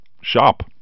shop